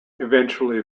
eventually